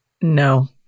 No